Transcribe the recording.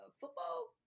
football